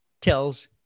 tells